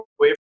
away